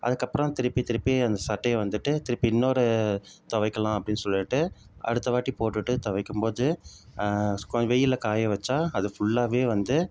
அதுக்கப்புறம் திருப்பி திருப்பி அந்த சட்டையை வந்துட்டு திருப்பி இன்னொரு துவைக்கலாம் அப்படின்னு சொல்லிட்டு அடுத்த வாட்டி போட்டுட்டு துவைக்கும் போது வெயிலில் காய வெச்சா அது ஃபுல்லாகவே வந்து